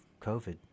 COVID